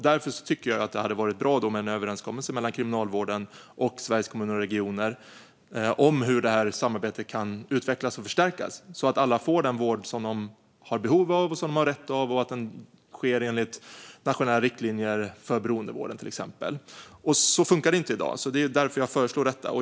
Därför tycker jag att det hade varit bra med en överenskommelse mellan Kriminalvården och Sveriges Kommuner och Regioner om hur detta samarbete kan utvecklas och förstärkas, så att alla får den vård som de har behov av och som de har rätt till och att den sker enligt nationella riktlinjer för till exempel beroendevården. Så funkar det inte i dag. Och det är därför som jag föreslår detta.